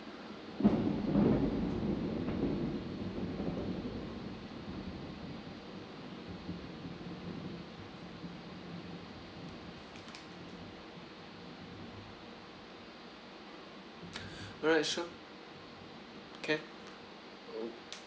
alright sure can